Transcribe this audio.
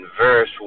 verse